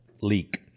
Leak